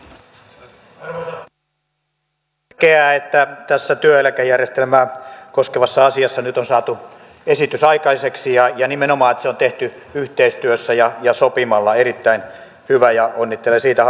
on tärkeää että tässä työeläkejärjestelmää koskevassa asiassa nyt on saatu esitys aikaiseksi ja nimenomaan se että se on tehty yhteistyössä ja sopimalla on erittäin hyvä ja onnittelen siitä hallitusta